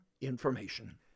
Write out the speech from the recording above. information